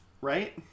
Right